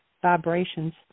vibrations